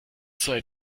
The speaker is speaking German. sei